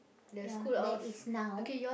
ya that is now